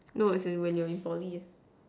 no as in when you're in Poly